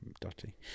dotty